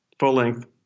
full-length